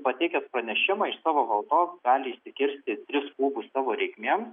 pateikęs pranešimą iš savo valdos gali išsikirsti tris kubus savo reikmėm